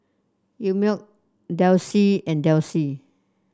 Einmilk Delsey and Delsey